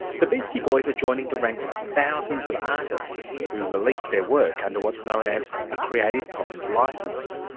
the beastie boys are joining the ranks of thousands of artists who release their work under what's known as a creative commons licence.